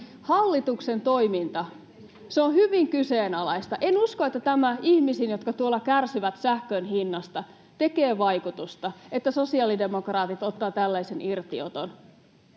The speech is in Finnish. Hallituksen toiminta, se on hyvin kyseenalaista. En usko, että tämä ihmisiin, jotka tuolla kärsivät sähkön hinnasta, tekee vaikutusta, että sosiaalidemokraatit ottavat tällaisen irtioton.